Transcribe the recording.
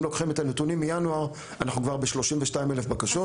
ואם לוקחים את הנתונים מינואר אנחנו כבר ב-32 אלף בקשות.